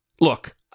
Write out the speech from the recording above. look